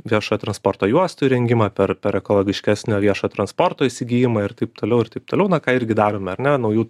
viešojo transporto juostų įrengimą per per ekologiškesnio viešojo transporto įsigijimą ir taip toliau ir taip toliau na ką irgi darome ar ne naujų